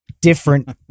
different